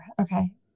Okay